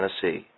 Tennessee